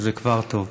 שזה כבר טוב.